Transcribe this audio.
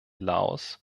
laos